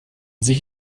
sich